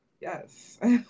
Yes